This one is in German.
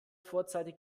vorzeitig